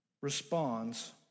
responds